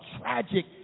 tragic